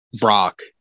Brock